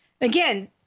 Again